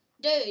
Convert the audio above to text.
Dude